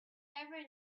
never